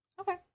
Okay